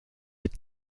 est